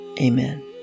Amen